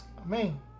Amen